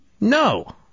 No